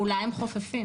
אולי הם חופפים.